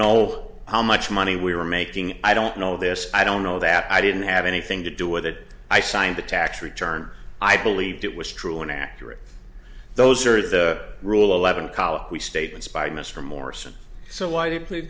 know how much money we were making i don't know this i don't know that i didn't have anything to do with it i signed the tax return i believed it was true and accurate those are the rule eleven colloquy statements by mr morrison so why